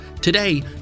Today